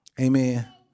Amen